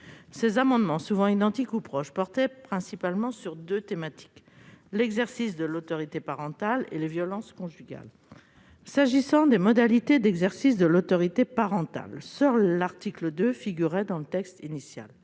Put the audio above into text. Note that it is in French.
Ces amendements, souvent identiques ou proches, portaient principalement sur deux thématiques : l'exercice de l'autorité parentale et les violences conjugales. Pour ce qui concerne les modalités d'exercice de l'autorité parentale, seul l'article 2 figurait dans le texte initial.